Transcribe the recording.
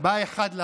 היה לנו ממי ללמוד.